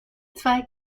zwei